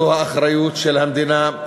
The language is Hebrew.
זו אחריות של המדינה,